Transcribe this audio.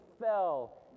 fell